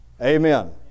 Amen